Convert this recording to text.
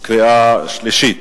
וקריאה שלישית.